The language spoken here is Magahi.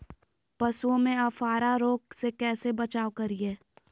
पशुओं में अफारा रोग से कैसे बचाव करिये?